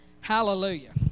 Hallelujah